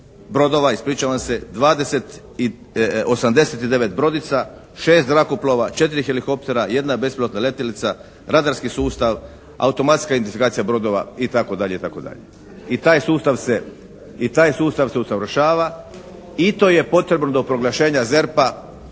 brodova ispričavam se, 20, 89 brodica, 6 zrakoplova, 4 helikoptera, jedna bespilotna letjelica, radarski sustav, automatska identifikacija brodova i tako dalje i tako dalje. I taj sustav se, i taj sustav se usavršava i to je potrebno do proglašenja ZERP-a